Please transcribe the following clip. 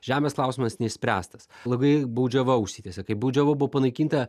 žemės klausimas neišspręstas blogai baudžiava užsitęsė kai baudžiava buvo panaikinta